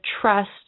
trust